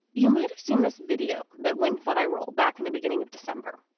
you might have seen this video that went viral back in the beginning of december.